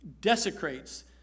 desecrates